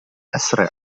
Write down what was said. أسرع